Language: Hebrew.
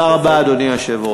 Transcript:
תודה רבה, אדוני היושב-ראש.